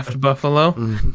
buffalo